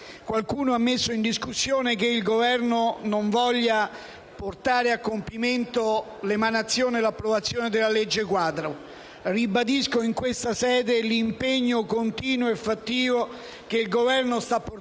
Qualcuno ha messo in discussione il fatto che il Governo voglia portare a compimento l'emanazione e l'approvazione della legge quadro. Ribadisco in questa sede l'impegno continuo e fattivo che il Governo sta portando